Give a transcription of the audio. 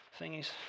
thingies